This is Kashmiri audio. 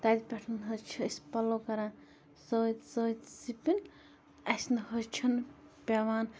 تَتہِ پٮ۪ٹھ حظ چھِ أسۍ پَلو کَران سۭتۍ سۭتۍ سِپِن اسہِ نہ حظ چھِنہٕ پٮ۪وان